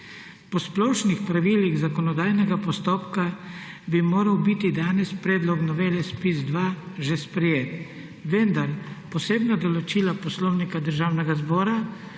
Po splošnih pravilih zakonodajnega postopka bi moral biti danes predlog novele ZPIZ-2 že sprejet, vendar posebna določila Poslovnika Državnega zbora